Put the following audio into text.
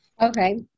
Okay